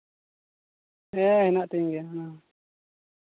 ᱦᱮᱸ ᱦᱮᱱᱟᱜ ᱛᱤᱧ ᱜᱮᱭᱟ ᱚᱱᱟ ᱦᱚᱸ